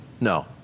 No